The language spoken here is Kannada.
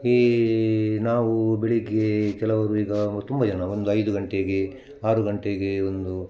ಈ ನಾವು ಬೆಳಿಗ್ಗೆ ಕೆಲವರು ಈಗ ತುಂಬ ಜನ ಒಂದು ಐದು ಗಂಟೆಗೆ ಆರು ಗಂಟೆಗೆ ಒಂದು